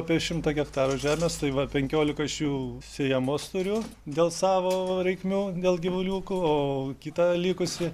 apie šimtą hektarų žemės tai va penkiolika iš jų sėjamos turiu dėl savo reikmių dėl gyvuliukų o kita likusi